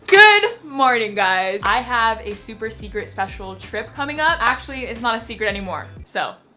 good morning guys. i have a super secret special trip coming up. actually. it's not a secret anymore. so